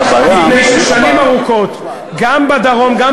מפני ששנים ארוכות גם בדרום, גם